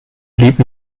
blieb